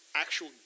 actual